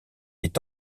est